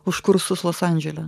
už kursus los andžele